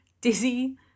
Dizzy